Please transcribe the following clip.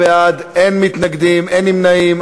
בעד, אין מתנגדים, אין נמנעים.